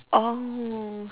oh